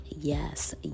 yes